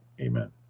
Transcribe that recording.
Amen